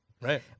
Right